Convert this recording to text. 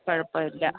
കുഴപ്പം ഇല്ല